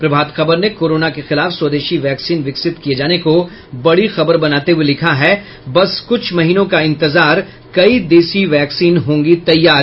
प्रभात खबर ने कोरोना के खिलाफ स्वदेशी वैक्सीन विकसित किये जाने को बड़ी खबर बनाते हुये लिखा है बस कुछ महीनों का इंतजार कई देशी वैक्सीन होंगी तैयार